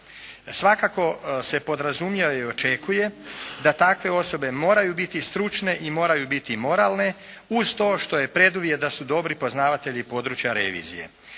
Svakako se podrazumijeva i očekuje da takve osobe moraju biti stručne i moraju biti moralne, uz to što je preduvijet da su dobri poznavatelji revizije.